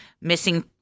missing